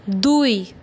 দুই